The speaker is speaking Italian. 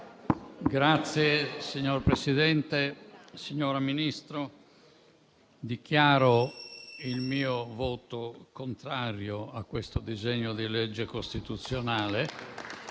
Signor Presidente, signora Ministra, dichiaro il mio voto contrario a questo disegno di legge costituzionale